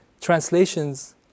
translations